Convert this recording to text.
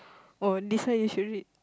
oh this one you should read